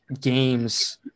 games